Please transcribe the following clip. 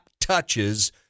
touches